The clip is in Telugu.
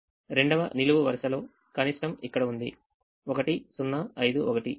రెండవ నిలువు వరుసలో కనిష్టం ఇక్కడ ఉంది 1 0 5 1